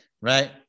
Right